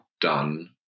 done